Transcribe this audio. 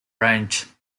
range